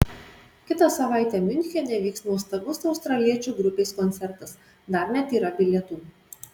kitą savaitę miunchene vyks nuostabus australiečių grupės koncertas dar net yra bilietų